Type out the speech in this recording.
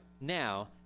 now